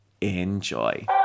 enjoy